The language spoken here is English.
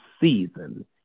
season